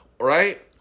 right